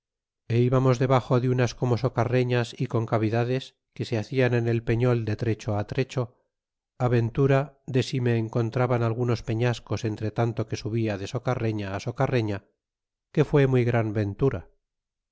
é íbamos debaxo de unas como socarreñas e concavidades que se hacian en el peñol de trecho trecho ventura de si me encontraban algunos peñascos entre tanto que subia de socarreña á socarreña que fue muy gran ventura